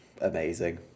amazing